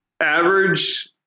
Average